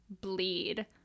bleed